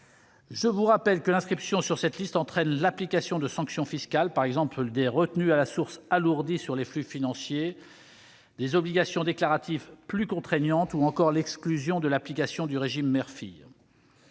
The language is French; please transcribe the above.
Je rappelle que l'inscription sur cette liste entraîne l'application de sanctions fiscales, par exemple des retenues à la source alourdies sur les flux financiers, des obligations déclaratives plus contraignantes ou encore l'exclusion de l'application du régime mère-fille.